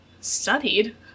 studied